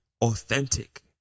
authentic